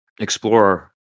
explore